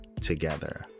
together